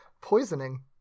Poisoning